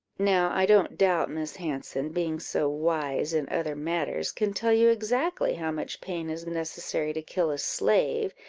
now i don't doubt, miss hanson, being so wise in other matters, can tell you exactly how much pain is necessary to kill a slave,